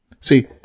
See